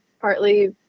partly